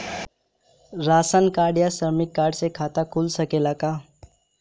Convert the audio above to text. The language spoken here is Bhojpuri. राशन कार्ड या श्रमिक कार्ड से खाता खुल सकेला का?